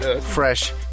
Fresh